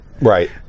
right